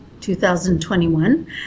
2021